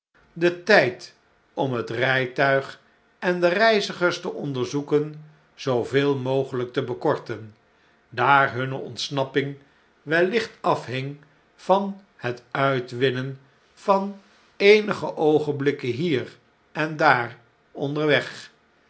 den tijd om het rjjtuig en de reizigers te onderzoeken zooveel mogeljjk te bekorten daar hunne ontsnapping wellicht afhing vanhetuitwinnen van eenige oogenblikken hier en daar onderweg